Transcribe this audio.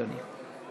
אדוני.